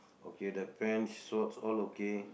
okay the pant shorts all okay